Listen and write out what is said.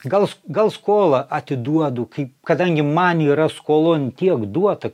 gal s gal skolą atiduodu kai kadangi man yra skolon tiek duota